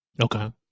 Okay